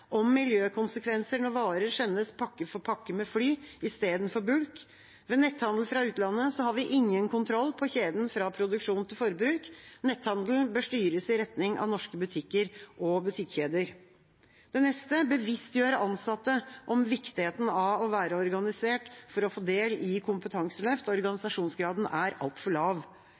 miljøkonsekvenser når varer sendes pakke for pakke med fly istedenfor bulk? Ved netthandel fra utlandet har vi ingen kontroll på kjeden fra produksjon til forbruk. Netthandelen bør styres i retning av norske butikker og butikkjeder. Å bevisstgjøre ansatte om viktigheten av å være organisert for å få del i kompetanseløft. Organisasjonsgraden er altfor lav.